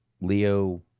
Leo